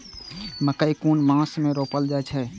मकेय कुन मास में रोपल जाय छै?